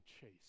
chase